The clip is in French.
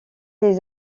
les